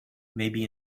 maybe